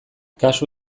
kasu